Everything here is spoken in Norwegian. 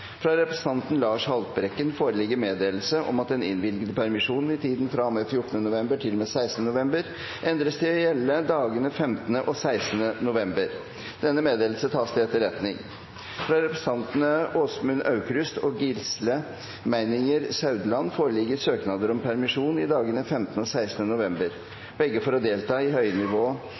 Fra representanten Lars Haltbrekken foreligger meddelelse om at den innvilgede permisjon i tiden fra og med 14. november til og med 16. november endres til å gjelde dagene 15. og 16. november. – Denne meddelelse tas til etterretning. Fra representantene Åsmund Aukrust og Gisle Meininger Saudland foreligger søknader om permisjon i dagene 15. og 16. november, begge for å delta i